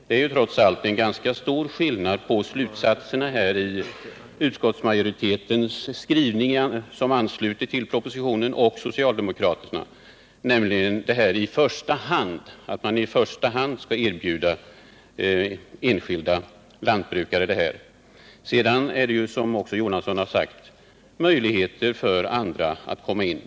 Det är trots allt en ganska stor skillnad mellan slutsatserna i utskottsmajoritetens skrivning, som ansluter sig till propositionen, och socialdemokraternas reservation, nämligen att man enligt utskottets skrivning ”i första hand” skall erbjuda enskilda lantbrukare ifrågavarande markförvärv. Sedan finns det, som också Bertil Jonasson har sagt, möjligheter för andra köpare att komma in.